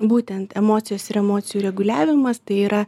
būtent emocijos ir emocijų reguliavimas tai yra